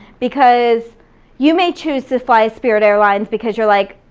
because you may choose to fly spirit airlines because you're like,